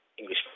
English